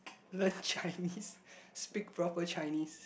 legit I mean speak proper Chinese